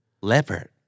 Leopard